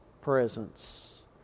presence